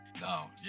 No